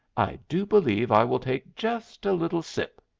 i do believe i will take just a little sip,